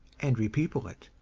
and repeople it.